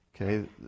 Okay